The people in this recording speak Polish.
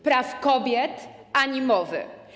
Praw kobiet, ani mowy.